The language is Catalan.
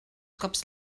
cops